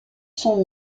son